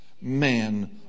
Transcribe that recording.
man